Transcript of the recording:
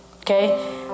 okay